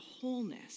wholeness